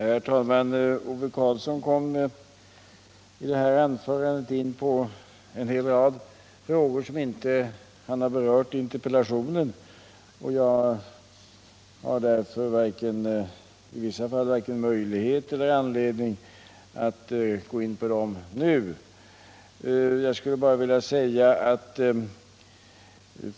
Herr talman! Ove Karlsson kom i detta anförande in på en hel rad frågor som inte berördes i interpellationen, och jag har därför varken möjlighet eller anledning att gå in på dem nu.